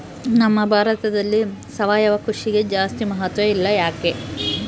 ನಮ್ಮ ಭಾರತದಲ್ಲಿ ಸಾವಯವ ಕೃಷಿಗೆ ಜಾಸ್ತಿ ಮಹತ್ವ ಇಲ್ಲ ಯಾಕೆ?